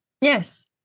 Yes